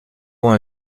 ont